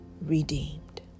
redeemed